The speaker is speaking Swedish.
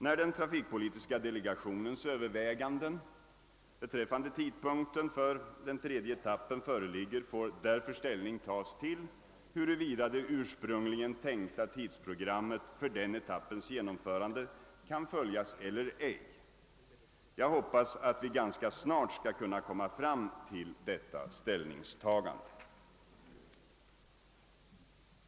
När den trafikpolitiska delegationens överväganden beträffande tidpunkten för den tredje etappen föreligger får därför ställning tas till huruvida det ursprungligen tänkta tidsprogrammet för denna etapps genomförande kan följas eller ej. Jag hoppas att vi ganska snart skall kunna nå fram till detta ställningstagande.